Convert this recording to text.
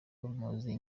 bamuzi